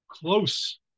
close